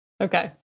Okay